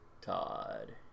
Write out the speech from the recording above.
Todd